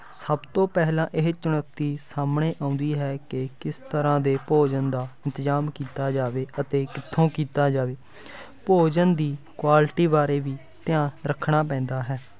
ਸਭ ਤੋਂ ਪਹਿਲਾਂ ਇਹ ਚੁਣੌਤੀ ਸਾਹਮਣੇ ਆਉਂਦੀ ਹੈ ਕਿ ਕਿਸ ਤਰ੍ਹਾਂ ਦੇ ਭੋਜਨ ਦਾ ਇੰਤਜ਼ਾਮ ਕੀਤਾ ਜਾਵੇ ਅਤੇ ਕਿੱਥੋਂ ਕੀਤਾ ਜਾਵੇ ਭੋਜਨ ਦੀ ਕੁਆਲਿਟੀ ਬਾਰੇ ਵੀ ਧਿਆਨ ਰੱਖਣਾ ਪੈਂਦਾ ਹੈ